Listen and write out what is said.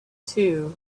too